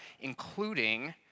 including